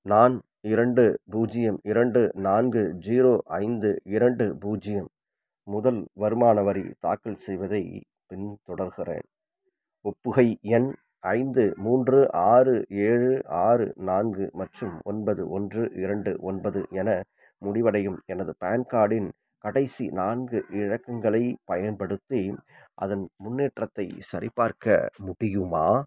நான் இரண்டு பூஜ்ஜியம் இரண்டு நான்கு ஜீரோ ஐந்து இரண்டு பூஜ்ஜியம் முதல் வருமான வரி தாக்கல் செய்வதைப் பின்தொடர்கிறேன் ஒப்புகை எண் ஐந்து மூன்று ஆறு ஏழு ஆறு நான்கு மற்றும் ஒன்பது ஒன்று இரண்டு ஒன்பது என முடிவடையும் எனது பேன் கார்டின் கடைசி நான்கு இலக்கங்களைப் பயன்படுத்தி அதன் முன்னேற்றத்தைச் சரிபார்க்க முடியுமா